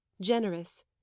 generous